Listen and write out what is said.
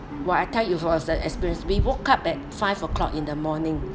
!wah! I tell you it was the experience we woke up at five o'clock in the morning